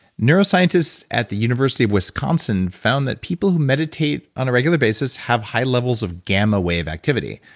neuroscientists at the university of wisconsin found that people who meditate on a regular basis have high levels of gamma wave activity,